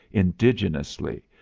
indigenously,